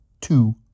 two